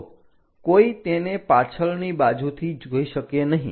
તો કોઈ તેને પાછળની બાજુથી જોઈ શકે નહીં